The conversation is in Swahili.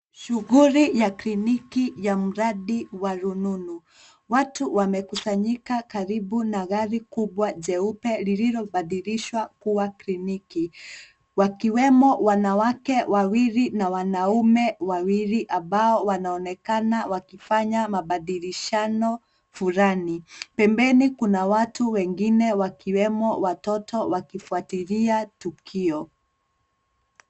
Shughuli ya kliniki ya mradi wa rununu. Watu wamekusanyika karibu na gari kubwa jeupe lililobadilishwa kuwa kliniki wakiwemo wanawake wawili na wanaume wawili ambao wanaonekana wakifanya mabadilishano fulani. Pembeni kuna watu wengine wakiwemo watoto wakifuatilia tukio.